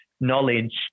knowledge